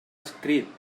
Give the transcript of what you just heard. escrit